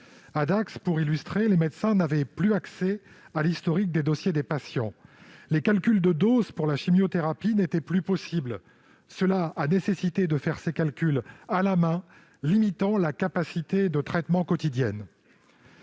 À Dax, les médecins n'avaient plus accès à l'historique des dossiers des patients. Les calculs de dose pour la chimiothérapie n'étaient plus possibles. Il a fallu faire ces calculs à la main, ce qui a limité la capacité de traitement quotidienne.